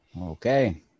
Okay